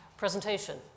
presentation